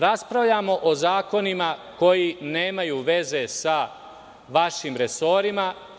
Raspravljamo o zakonima koji nemaju veze sa vašim resorima.